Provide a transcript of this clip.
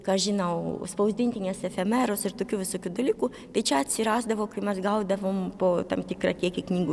ką žinau spausdintinės efemeros ir tokių visokių dalykų tai čia atsirasdavo kai mes gaudavom po tam tikrą kiekį knygų